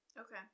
Okay